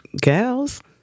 Gals